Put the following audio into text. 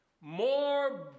more